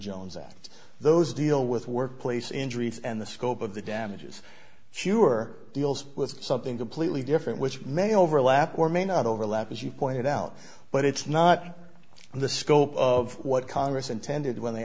act those deal with workplace injuries and the scope of the damages sure deals with something completely different which may overlap or may not overlap as you pointed out but it's not the scope of what congress intended when they